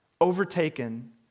overtaken